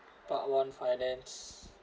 part one finance